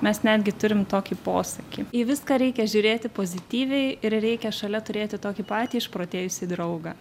mes netgi turim tokį posakį į viską reikia žiūrėti pozityviai ir reikia šalia turėti tokį patį išprotėjusį draugą